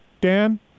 Dan